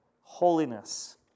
holiness